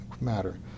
matter